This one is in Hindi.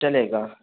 चलेगा